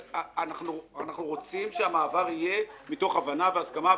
אנחנו רוצים שהמעבר יהיה מתוך הבנה והסכמה,